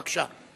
בבקשה.